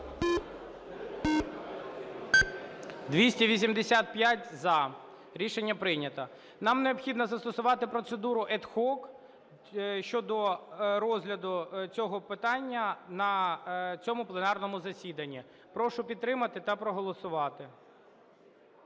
За-285 Рішення прийнято. Нам необхідно застосувати процедуру ad hoc щодо розгляду цього питання на цьому пленарному засіданні. Прошу підтримати та проголосувати.